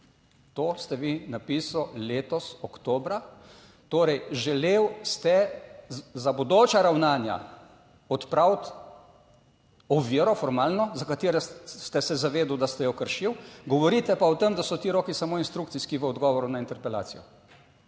To ste vi napisal letos oktobra. Torej, želel ste za bodoča ravnanja odpraviti oviro formalno, za katere ste se zavedal, da ste jo kršil, govorite pa o tem, da so ti roki samo instrukcijski v odgovoru na interpelacijo.